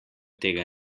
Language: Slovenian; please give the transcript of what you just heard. tega